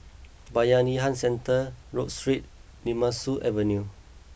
Bayanihan Centre Rodyk Street Nemesu Avenue